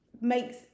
makes